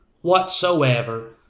whatsoever